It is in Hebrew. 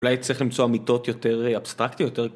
אולי הייתי צריך למצוא אמיתות יותר אבסטרקטיות.